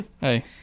Hey